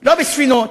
לא בספינות,